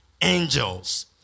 angels